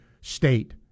State